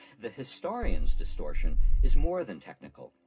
the historian's distortion is more than technical,